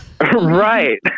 right